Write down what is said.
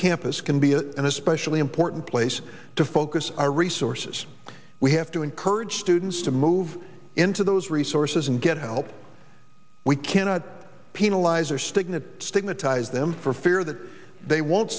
a an especially important place to focus our resources we have to encourage students to move into those resources and get help we cannot penalize or signet stigmatize them for fear that they won't